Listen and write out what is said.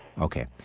Okay